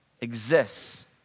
exists